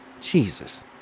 jesus